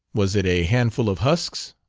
was it a handful of husks,